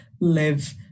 live